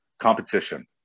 competition